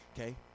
okay